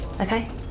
Okay